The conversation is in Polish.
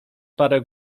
parę